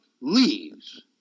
leaves